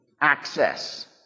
Access